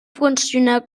funcionar